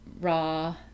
raw